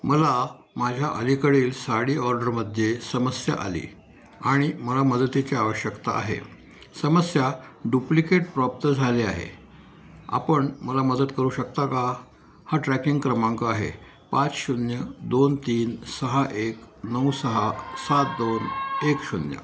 मला माझ्या अलीकडील साडी ऑर्डरमध्ये समस्या आली आणि मला मदतीची आवश्यकता आहे समस्या डुप्लिकेट प्राप्त झाले आहे आपण मला मदत करू शकता का हा ट्रॅकिंग क्रमांक आहे पाच शून्य दोन तीन सहा एक नऊ सहा सात दोन एक शून्य